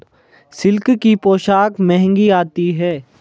silk की पोशाक महंगी आती है